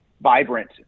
vibrant